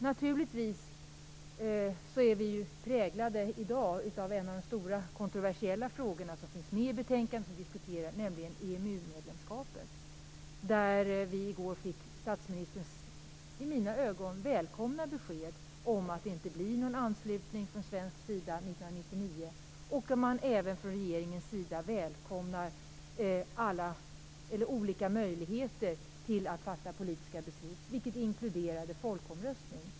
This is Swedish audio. Naturligtvis är vi i dag präglade av en av de stora kontroversiella frågorna som finns med i betänkandet, nämligen EMU-medlemskapet. Där fick vi i går statsministerns i mina ögon välkomna besked om att det inte blir någon anslutning från svensk sida 1999 och att man även från regeringens sida välkomnar olika möjligheter att fatta politiska beslut, inklusive folkomröstning.